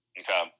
Okay